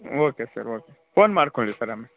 okay sir okay phone ಮಾಡಿಕೊಳ್ಳಿ sir ಆಮೆ